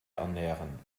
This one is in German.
ernähren